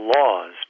laws